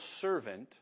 servant